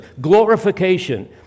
glorification